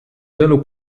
wielu